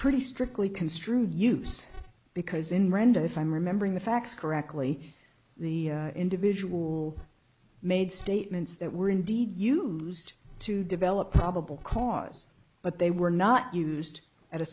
pretty strictly construed use because in random if i'm remembering the facts correctly the individual made statements that were indeed used to develop probable cause but they were not used at a